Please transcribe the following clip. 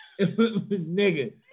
Nigga